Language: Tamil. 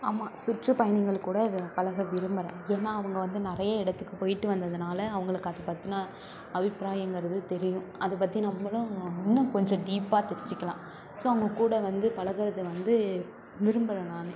ஆமாம் சுற்றுலாப்பயணிகள் கூட பழக விரும்புகிறேன் ஏன்னா அவங்க வந்து நிறைய இடத்துக்குப் போய்ட்டு வந்ததுனால அவங்களுக்கு அதை பற்றின அபிப்ராயங்கிறது தெரியும் அதை பற்றி நம்மளும் இன்னும் கொஞ்சம் டீப்பாக தெரிஞ்சுக்கலாம் ஸோ அவங்ககூட வந்து பழகறதை வந்து விரும்புகிறேன் நான்